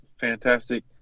fantastic